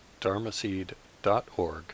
dharmaseed.org